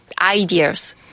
ideas